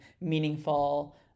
meaningful